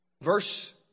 Verse